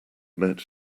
met